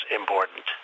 important